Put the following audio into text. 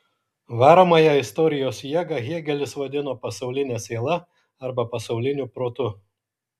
varomąją istorijos jėgą hėgelis vadino pasauline siela arba pasauliniu protu